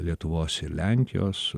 lietuvos ir lenkijos